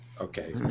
okay